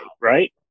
right